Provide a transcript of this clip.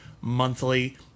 monthly